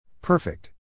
Perfect